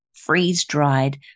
freeze-dried